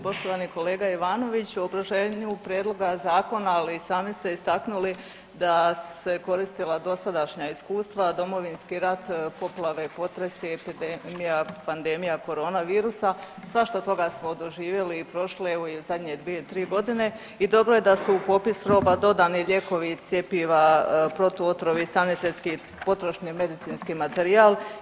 Poštovani kolega Ivanoviću u obrazloženju prijedloga zakona ali i sami ste istaknuli da su se koristila dosadašnja iskustva, a Domovinski rat, poplave, potresi, epidemija, pandemija corona virusa svašta od toga smo doživjeli i prošli evo i zadnje dvije, tri godine i dobro je da su u popis roba dodani lijekovi, cjepiva, protu otrovi, sanitetski potrošni medicinski materijal.